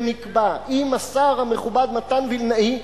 שנקבע עם השר המכובד מתן וילנאי,